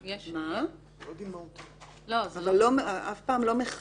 זה נראה דבר שלא מוצדק